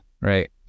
right